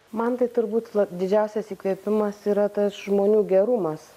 man tai turbūt didžiausias įkvėpimas yra tas žmonių gerumas